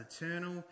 eternal